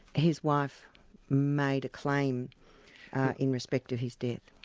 his wife made a claim in respect of his death.